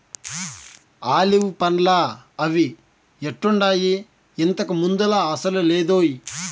olive పండ్లా అవి ఎట్టుండాయి, ఇంతకు ముందులా అసలు లేదోయ్